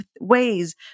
ways